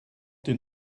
den